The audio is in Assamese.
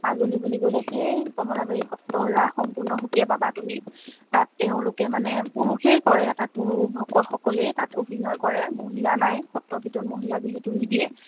মাজুলী বুলি ক'লে সেই কমলাবাৰী সত্ৰৰ ৰাস সম্পূৰ্ণ সুকীয়া পাবা তুমি তাত তেওঁলোকে মানে পুৰুষেই কৰে পুৰুষ ভকতসকলেই তাত অভিনয় কৰে মহিলা নাই সত্ৰৰ ভিতৰত মহিলা যিহেতু নিদিয়ে